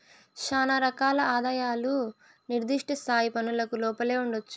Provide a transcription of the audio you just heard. శానా రకాల ఆదాయాలు నిర్దిష్ట స్థాయి పన్నులకు లోపలే ఉండొచ్చు